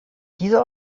diese